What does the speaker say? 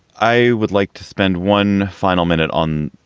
i would like to spend one final minute on